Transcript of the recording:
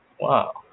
Wow